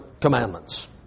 commandments